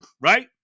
right